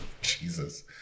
Jesus